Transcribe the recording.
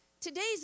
today's